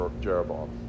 Jeroboam